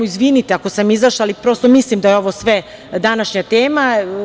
Izvinite ako sam izašla, ali, prosto, mislim da je ovo sve današnja tema.